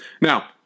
Now